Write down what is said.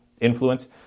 influence